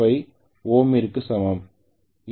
05 ஓமிற்கு சமம்